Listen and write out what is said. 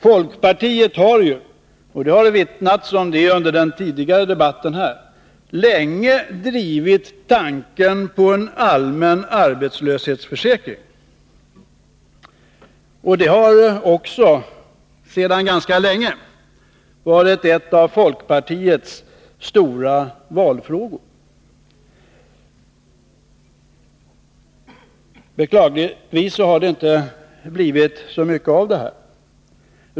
Folkpartiet har ju, och detta har omvittnats under debatten i dag, länge drivit tanken på en allmän arbetslöshetsförsäkring. Det har sedan ganska lång tid tillbaka varit en av folkpartiets stora valfrågor. Beklagligtvis har det inte blivit så mycket av det hela.